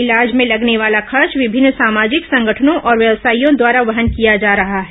इलाज में लगने वाला खर्च विभिन्न सामाजिक संगठनों और व्यवसायियों द्वारा वहन किया जा रहा है